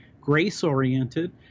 grace-oriented